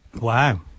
wow